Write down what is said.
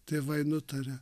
tėvai nutaria